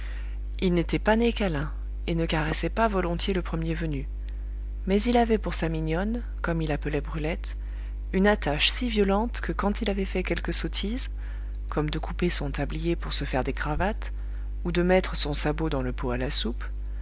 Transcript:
il n'était pas né câlin et ne caressait pas volontiers le premier venu mais il avait pour sa mignonne comme il appelait brulette une attache si violente que quand il avait fait quelque sottise comme de couper son tablier pour se faire des cravates ou de mettre son sabot dans le pot à la soupe